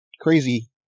crazy